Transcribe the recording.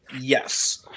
yes